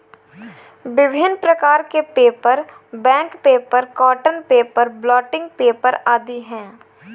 विभिन्न प्रकार के paper, bank paper, cotton paper, blotting paper आदि हैं